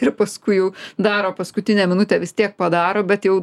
ir paskui jau daro paskutinę minutę vis tiek padaro bet jau